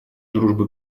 дружба